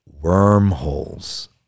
wormholes